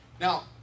Now